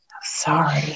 sorry